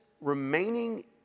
remaining